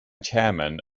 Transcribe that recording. chairman